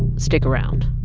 stick around